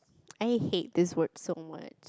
I hate this word so much